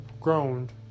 groaned